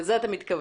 לזה אתה מתכוון?